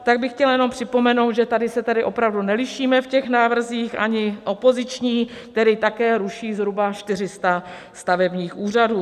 Tak bych chtěla jenom připomenout, že tady se tedy opravdu nelišíme v těch návrzích, ani opoziční, který také ruší zhruba 400 stavebních úřadů.